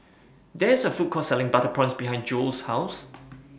There IS A Food Court Selling Butter Prawns behind Jewel's House